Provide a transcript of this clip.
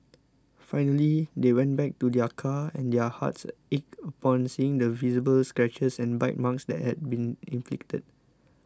finally they went back to their car and their hearts ached upon seeing the visible scratches and bite marks that had been inflicted